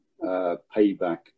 payback